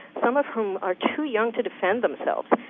some of whom are too young to defend themselves.